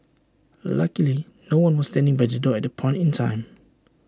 luckily no one was standing by the door at that point in time